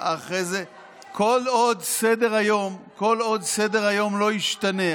כל עוד סדר-היום לא ישתנה.